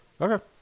Okay